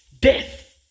death